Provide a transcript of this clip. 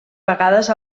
vegades